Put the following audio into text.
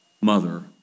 mother